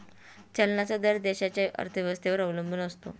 चलनाचा दर देशाच्या अर्थव्यवस्थेवर अवलंबून असतो